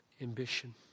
ambition